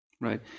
Right